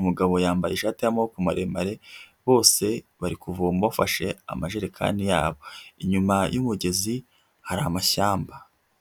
umugabo yambaye ishati y'amaboko maremare, bose bari kuvoma bafashe amajerekani yabo inyuma y'umugezi hari amashyamba.